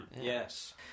yes